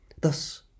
Thus